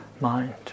mind